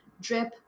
drip